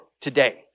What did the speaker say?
today